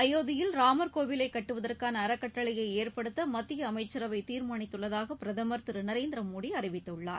அயோத்தியில் ராமர் கோவிலை கட்டுவதற்கான அறக்கட்டளையை ஏற்படுத்த மத்திய அமைச்சரவை தீர்மானித்துள்ளதாக பிரதமர் திரு நரேந்திரமோடி அறிவித்துள்ளார்